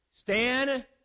Stand